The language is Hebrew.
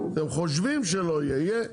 אם חושבים שלא יהיה.